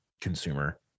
consumer